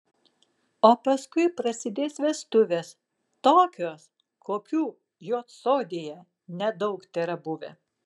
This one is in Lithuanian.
o paskui prasidės vestuvės tokios kokių juodsodėje nedaug tėra buvę